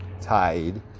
tied